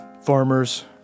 farmers